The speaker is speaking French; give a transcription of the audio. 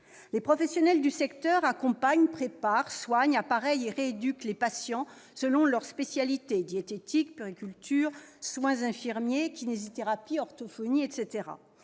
Les professionnels du secteur accompagnent, préparent, soignent, appareillent et rééduquent les patients selon leur spécialité : la diététique, la puériculture, les soins infirmiers, la kinésithérapie, l'orthophonie, etc.